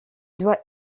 doit